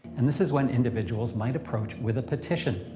and this is when individuals might approach with a petition.